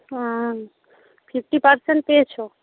হুম fifty percent পেয়েছ